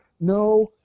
No